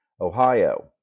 Ohio